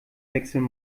wechseln